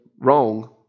wrong